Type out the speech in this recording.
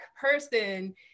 person